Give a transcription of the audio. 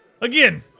Again